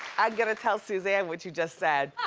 and gonna tell suzanne what you just said.